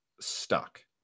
stuck